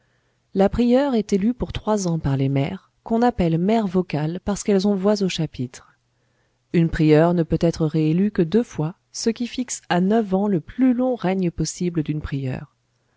la prieure est élue pour trois ans par les mères qu'on appelle mères vocales parce qu'elles ont voix au chapitre une prieure ne peut être réélue que deux fois ce qui fixe à neuf ans le plus long règne possible d'une prieure